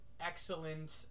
excellent